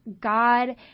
God